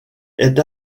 est